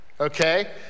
Okay